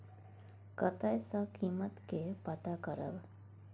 कतय सॅ कीमत के पता करब?